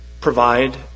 provide